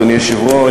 אדוני היושב-ראש,